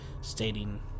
stating